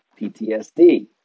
PTSD